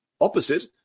opposite